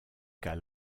cas